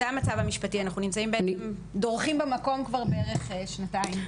זה המצב המשפטי אנחנו דורכים במקום כבר בערך שנתיים.